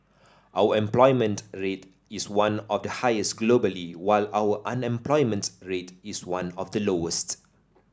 our employment rate is one of the highest globally while our unemployment rate is one of the lowest